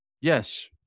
yes